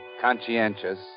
conscientious